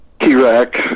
T-Rex